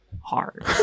hard